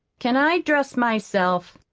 can i dress myself?